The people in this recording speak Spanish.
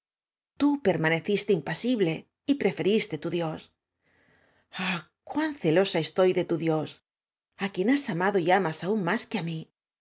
tú permaneciste impasible y preferiste tu dios ah cuán celosa estoy de tu dios á quien has amado y amas aún más que á mf